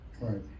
right